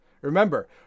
Remember